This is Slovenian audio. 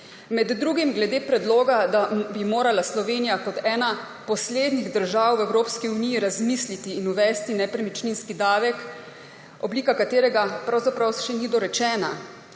Med drugim glede predloga, da bi morala Slovenija kot ena poslednjih držav v Evropski uniji razmisliti in uvesti nepremičninski davek, oblika katerega pravzaprav še ni dorečena,